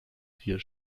vier